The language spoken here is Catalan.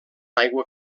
aigua